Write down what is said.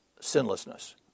sinlessness